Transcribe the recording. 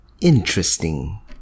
interesting